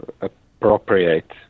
appropriate